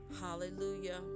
Hallelujah